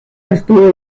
estuve